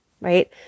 right